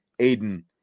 Aiden